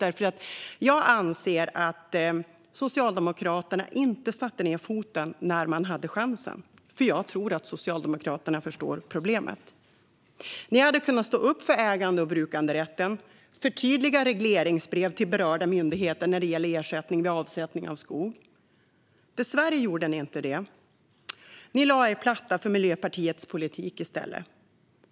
Ni i Socialdemokraterna satte inte ned foten när ni hade chansen, och jag tror att de förstår problemet. Ni hade kunnat stå upp för ägande och brukanderätten och förtydligat regleringsbrev till berörda myndigheter när det gäller ersättning vid avsättning av skog. Dessvärre gjorde ni inte det, utan ni lade er i stället platt för Miljöpartiets politik.